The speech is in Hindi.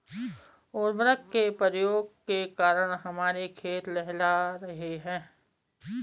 उर्वरक के प्रयोग के कारण हमारे खेत लहलहा रहे हैं